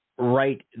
Right